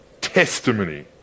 Testimony